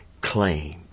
claim